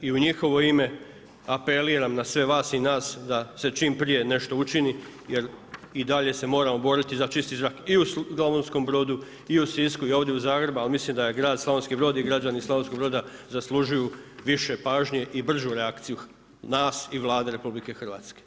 I u njihovo ime apeliram na sve vas i nas da se čim prije nešto učini jer i dalje se moramo boriti za čisti zrak i u Slavonskom Brodu i u Sisku i ovdje u Zagrebu ali mislim da je grad Slavonski Brod i građani Slavonskog Broda zaslužuju više pažnje i bržu reakciju nas i Vlade RH.